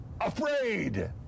afraid